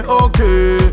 okay